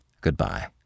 Goodbye